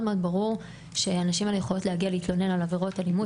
ברור שהנשים האלה יכולות להגיע להתלונן על עבירות אלימות